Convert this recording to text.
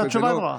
התשובה ברורה,